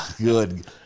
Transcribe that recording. Good